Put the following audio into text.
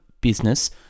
business